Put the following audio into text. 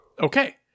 Okay